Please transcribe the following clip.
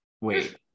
wait